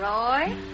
Roy